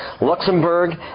Luxembourg